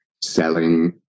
selling